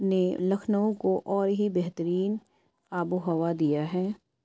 نے لکھنؤ کو اور ہی بہترین آب و ہوا دیا ہے